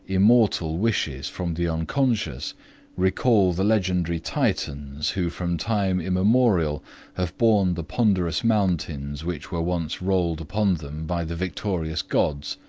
immortal wishes from the unconscious recall the legendary titans who from time immemorial have borne the ponderous mountains which were once rolled upon them by the victorious gods,